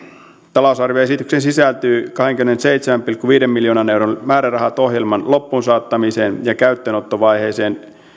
talousarvioesitykseen sisältyy kahdenkymmenenseitsemän pilkku viiden miljoonan euron määrärahat ohjelman loppuun saattamiseen ja käyttöönottovaiheen